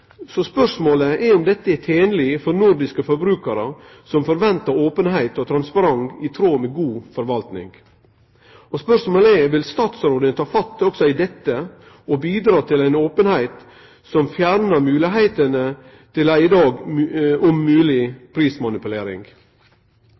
Spørsmålet er om dette er tenleg for nordiske forbrukarar, som forventar openheit og transparens i tråd med god forvaltning. Spørsmålet er: Vil statsråden vil ta fatt også i dette, og bidra til ei openheit som fjernar moglegheitene til ei i dag